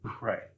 Right